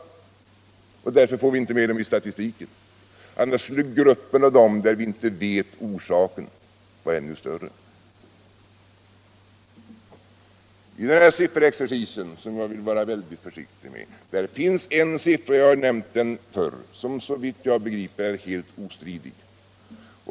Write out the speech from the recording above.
Därför får vi inte med dem i statistiken; annars skulle den grupp där vi inte vet orsaken vara ännu större. I den här sifferexercisen, som jag vill vara väldigt försiktig med, finns en siffra — jag har nämnt den förr — som såvitt jag begriper är helt ostridig.